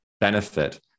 benefit